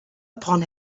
upon